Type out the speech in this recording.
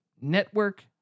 Network